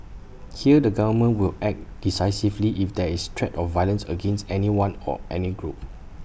here the government will act decisively if there is threat of violence against anyone or any group